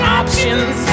options